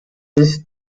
ist